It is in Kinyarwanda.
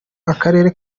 akarere